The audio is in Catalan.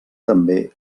també